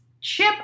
chip